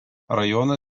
rajono